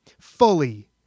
fully